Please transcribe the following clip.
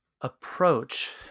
approach